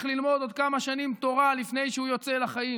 ללמוד עוד כמה שנים תורה לפני שהוא יוצא לחיים.